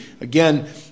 again